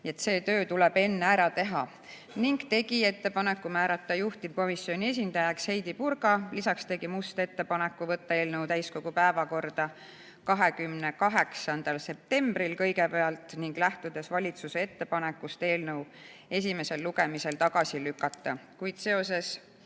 see töö tuleb enne ära teha. Ta tegi ettepaneku määrata juhtivkomisjoni esindajaks Heidy Purga. Lisaks tegi Must ettepanekud võtta eelnõu täiskogu päevakorda kõigepealt 28. septembril ning lähtudes valitsuse ettepanekust eelnõu esimesel lugemisel tagasi lükata. Seoses